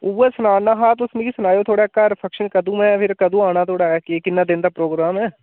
उ'ऐ सना ना हा तुस मिगी सनाओ थुआढ़े घर फंक्शन कदूं ऐ फ्ही कदूं आना थुआढ़े किन्ने दिन दा प्रोग्राम ऐ